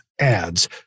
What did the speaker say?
ads